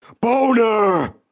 boner